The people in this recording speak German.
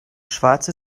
schwarze